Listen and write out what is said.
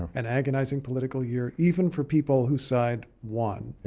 an agonizing political year, even for people whose side won.